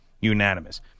unanimous